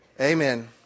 Amen